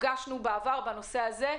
נפגשנו בעבר בנושא הזה,